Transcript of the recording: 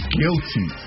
guilty